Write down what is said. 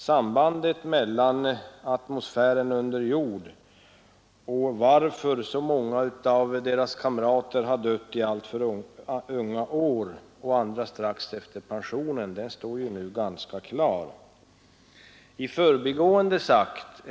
Sambandet mellan atmosfären under jord och varför så många av deras kamrater dött i alltför unga år och andra strax efter pensionsåldern står ju nu ganska klart.